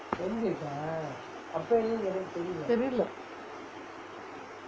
தெரிலே:therilae